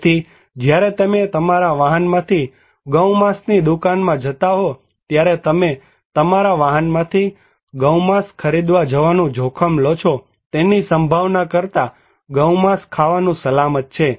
તેથી જ્યારે તમે તમારા વાહનમાંથી ગૌમાંસ ની દુકાનમાં જતા હો ત્યારે તમે તમારા વાહનમાંથી ગૌમાંસ ખરીદવા જવાનું જોખમ લો છો તેની સંભાવના કરતા ગૌમાંસ ખાવાનું સલામત છે